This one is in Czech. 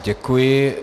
Děkuji.